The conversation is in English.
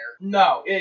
No